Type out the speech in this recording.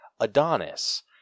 Adonis